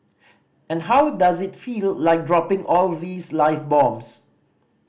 and how does it feel like dropping all these live bombs